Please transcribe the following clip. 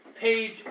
page